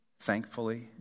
thankfully